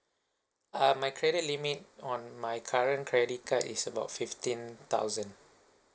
uh my credit limit on my current credit card is about fifteen thousand